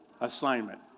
assignment